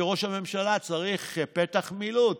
כי ראש הממשלה צריך פתח מילוט,